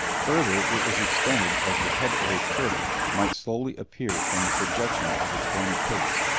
further it was extended as the head of a turtle might slowly appear from the protection of its bony case.